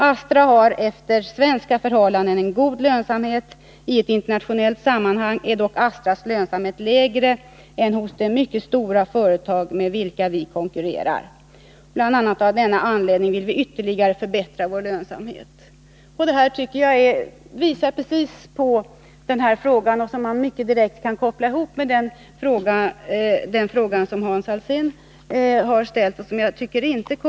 ——— Astra har efter svenska förhållanden god lönsamhet. I ett internationellt sammanhang är dock Astras lönsamhet lägre än den hos de mycket stora företag med vilka vi konkurrerar. Bland annat av denna anledning vill vi ytterligare förbättra vår lönsamhet.” Detta visar ju någonting som man direkt kan koppla ihop med Hans Alséns fråga.